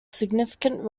significant